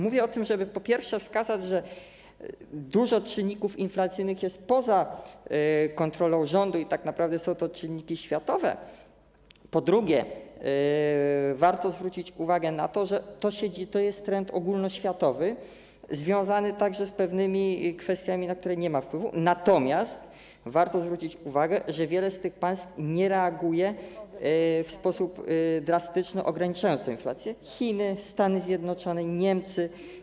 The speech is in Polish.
Mówię o tym dlatego, żeby, po pierwsze, wskazać, że dużo czynników inflacyjnych jest poza kontrolą rządu i tak naprawdę są to czynniki światowe, po drugie, zwrócić uwagę na to, że to jest trend ogólnoświatowy związany także z pewnymi kwestiami, na które nie ma wpływu, natomiast warto zauważyć, że wiele z tych państw nie reaguje w sposób drastyczny, ograniczając tę inflację - Chiny, Stany Zjednoczone, Niemcy.